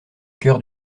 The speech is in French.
cœur